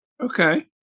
Okay